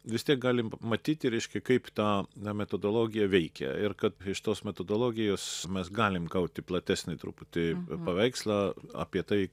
vis tiek galim matyti reiškia kaip tą na metodologiją veikia ir kad iš tos metodologijos mes galim gauti platesnį truputį paveikslą apie tai